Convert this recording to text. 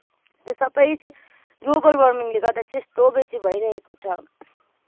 त्यो सबै चाहिँ ग्लोबल वार्मिङले गर्दा चाहिँ यस्तो बेसी भइरहेको छ